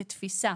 כתפיסה,